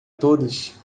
todos